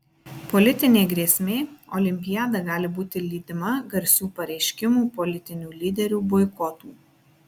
politinė grėsmė olimpiada gali būti lydima garsių pareiškimų politinių lyderių boikotų